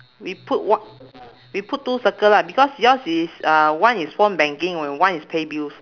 we put one we put two circle lah because yours is uh one is phone banking and one is pay bills